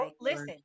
Listen